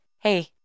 Hey